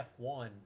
F1